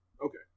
Okay